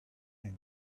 and